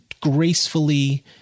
gracefully